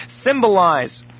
symbolize